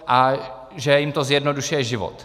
A že jim to zjednodušuje život.